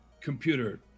Computer